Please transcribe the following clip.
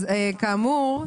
בסדר.